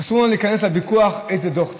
אסור לנו להיכנס לוויכוח איזה דוח צודק.